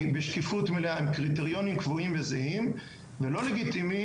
שהיא בשקיפות מלאה עם קריטריונים קבועים וזהים ולא לגיטימי